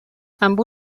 amb